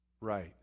right